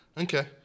Okay